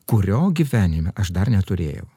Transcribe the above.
kurio gyvenime aš dar neturėjau